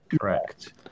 correct